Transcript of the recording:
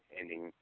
ending